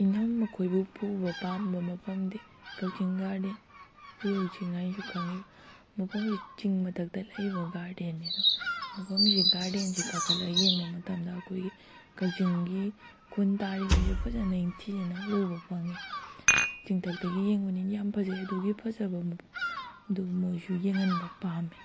ꯑꯩꯅ ꯃꯈꯣꯏꯕꯨ ꯄꯨꯕ ꯄꯥꯝꯕ ꯃꯐꯝꯗꯤ ꯀꯛꯆꯤꯡ ꯒꯥꯔꯗꯦꯟ ꯎꯌꯣꯛ ꯆꯤꯡ ꯍꯥꯏꯅꯁꯨ ꯈꯪꯉꯤꯕ ꯃꯐꯝꯁꯤ ꯆꯤꯡ ꯃꯊꯛꯇ ꯂꯩꯕ ꯒꯥꯔꯗꯦꯟꯅꯦ ꯑꯗꯣ ꯃꯐꯝꯁꯦ ꯒꯥꯔꯗꯦꯟꯁꯦ ꯀꯥꯈꯠꯂ ꯌꯦꯡꯕ ꯃꯇꯝꯗ ꯑꯩꯈꯣꯏꯒꯤ ꯀꯛꯆꯤꯡꯒꯤ ꯈꯨꯟ ꯇꯥꯔꯤꯕꯈꯩꯁꯨ ꯐꯖꯅ ꯅꯤꯡꯊꯤꯅꯅ ꯎꯕ ꯐꯪꯉꯦ ꯆꯤꯡꯊꯛꯇꯒꯤ ꯌꯦꯡꯕꯅꯤꯅ ꯌꯥꯝ ꯐꯖꯩ ꯑꯗꯨꯒꯤ ꯐꯖꯕ ꯃꯐꯝꯗꯣ ꯃꯣꯏꯁꯨ ꯌꯦꯡꯍꯟꯕ ꯄꯥꯝꯃꯦ